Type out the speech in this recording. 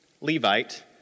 Levite